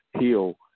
heal